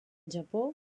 japó